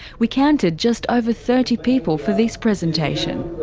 we counted just over thirty people for this presentation.